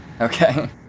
Okay